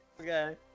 Okay